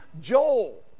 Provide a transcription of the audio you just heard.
Joel